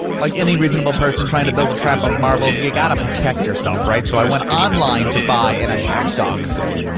like any reasonable person trying to build a trap of marbles you gotta protect yourself, right? so, i went online to buy an attack dog suit.